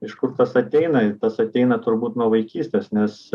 iš kur tas ateina tas ateina turbūt nuo vaikystės nes